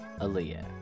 Aaliyah